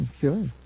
Sure